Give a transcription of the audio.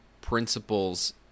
principles